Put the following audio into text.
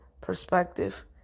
perspective